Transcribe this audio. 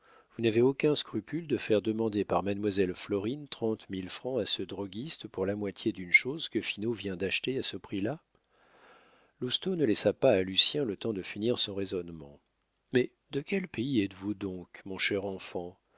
vous n'avez aucun scrupule de faire demander par mademoiselle florine trente mille francs à ce droguiste pour la moitié d'une chose que finot vient d'acheter à ce prix-là lousteau ne laissa pas à lucien le temps de finir son raisonnement mais de quel pays êtes-vous donc mon cher enfant